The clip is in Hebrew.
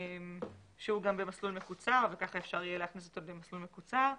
שהוא גם במסלול מקוצר וככה אפשר יהיה להכניס אותו במסלול מקוצר,